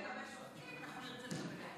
לגבש חוקים,